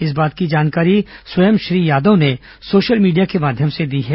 इस बात की जानकारी स्वयं श्री यादव ने सोशल मीडिया के माध्यम से दी है